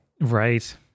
right